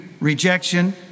rejection